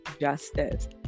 justice